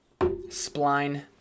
Spline